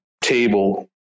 table